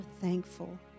thankful